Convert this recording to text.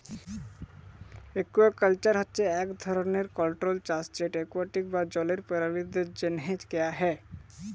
aquaculture হছে ইক ধরলের কল্ট্রোল্ড চাষ যেট একুয়াটিক বা জলের পেরালিদের জ্যনহে ক্যরা হ্যয়